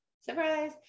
surprise